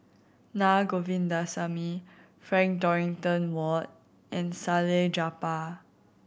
Naa Govindasamy Frank Dorrington Ward and Salleh Japar